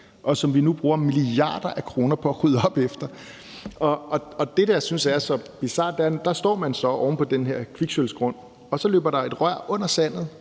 og som vi nu bruger milliarder af kroner på at rydde op efter. Det, jeg synes er så bizart, er, at der står man så oven på den her kviksølvgrund, så løber der et rør under sandet